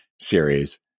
series